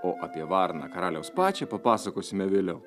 o apie varną karaliaus pačią papasakosime vėliau